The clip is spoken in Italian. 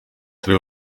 tre